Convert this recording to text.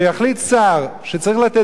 שצריך לתת דין-וחשבון לציבור,